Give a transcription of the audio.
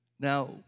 now